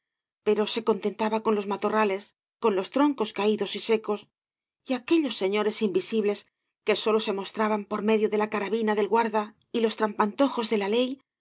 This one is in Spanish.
pero se contentaba con los matorrales con los troncos caídos y secos y aquellos señores invisibles que sólo se mostraban por medio de la carabina del guarda y los trampantojos de la ley